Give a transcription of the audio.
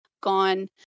gone